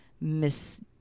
Miss